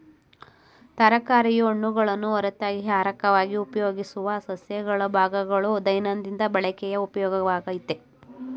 ತರಕಾರಿಯು ಹಣ್ಣುಗಳನ್ನು ಹೊರತಾಗಿ ಅಹಾರವಾಗಿ ಉಪಯೋಗಿಸುವ ಸಸ್ಯಗಳ ಭಾಗಗಳು ದೈನಂದಿನ ಬಳಕೆಯ ಉಪಯೋಗವಾಗಯ್ತೆ